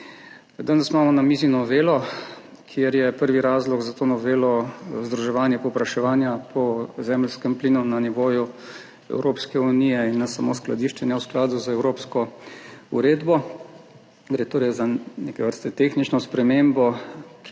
Danes imamo na mizi novelo, kjer je prvi razlog za to novelo združevanje povpraševanja po zemeljskem plinu na nivoju Evropske unije in ne samo skladiščenja v skladu z evropsko uredbo. Gre torej za neke vrste tehnično spremembo, ki